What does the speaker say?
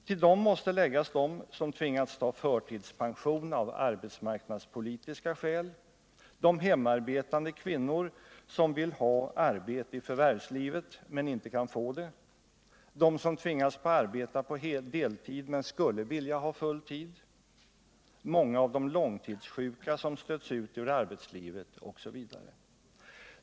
Dessutom måste man räkna med de människor som är tvungna ta förtidspension av arbetsmarknadspolitiska skäl, de hemarbetande kvinnor som vill ha arbete i förvärvslivet men som inte får det, de som tvingas arbeta på deltid men skulle vilja ha full arbetstid, många av de långtidssjuka som stötts ut ur arbetslivet osv.